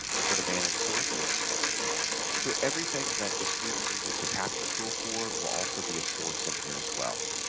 i go to manage sources so everything that the student uses the capture tool for will also be a source in here as well